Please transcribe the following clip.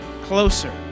closer